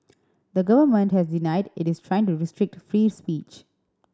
the government has denied it is trying to restrict free speech